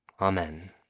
Amen